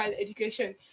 education